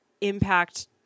impact